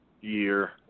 year